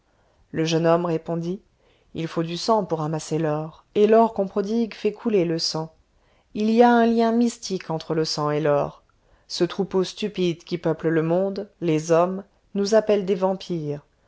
le jeune homme répondit il faut du sang pour amasser l'or et l'or qu'on prodigue fait couler le sang il y a un lien mystique entre le sang et l'or ce troupeau stupide qui peuple le monde les hommes nous appelle des vampires